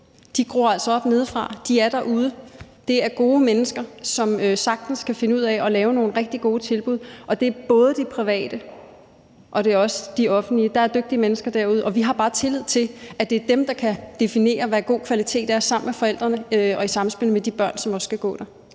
gror altså op nedefra. De er derude. Det er gode mennesker, som sagtens kan finde ud af at lave nogle rigtig gode tilbud, og det er både de private og de offentlige. Der er dygtige mennesker derude, og vi har bare tillid til, at det er dem, der kan definere, hvad god kvalitet er, sammen med forældrene og i samspil med de børn, som også skal gå der.